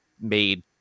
made